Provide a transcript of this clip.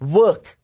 work